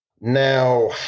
Now